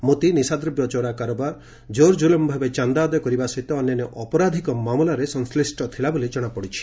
ମୋତି ନିଶାଦ୍ରବ୍ୟ ଚୋରା କାରବାର ଜୋରଜୁଲମ ଭାବେ ଚାନ୍ଦା ଆଦାୟ କରିବା ସହିତ ଅନ୍ୟାନ୍ୟ ଅପରାଧିକ ମାମଲାରେ ସଂଶ୍ଳିଷ୍ଟ ଥିଲା ବୋଲି ଜଣାପଡ଼ିଛି